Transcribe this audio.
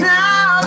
Now